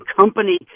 company